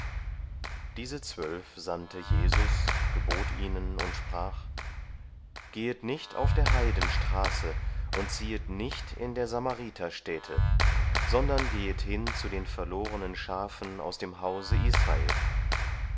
diese zwölf sandte jesus gebot ihnen und sprach gehet nicht auf der heiden straße und ziehet nicht in der samariter städte sondern gehet hin zu den verlorenen schafen aus dem hause israel